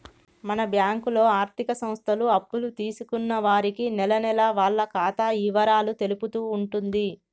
మన బ్యాంకులో ఆర్థిక సంస్థలు అప్పులు తీసుకున్న వారికి నెలనెలా వాళ్ల ఖాతా ఇవరాలు తెలుపుతూ ఉంటుంది